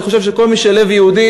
אני חושב שכל מי שיש לו לב יהודי,